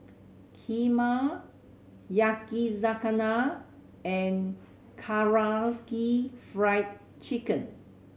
Kheema Yakizakana and Karaage Fried Chicken